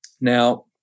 Now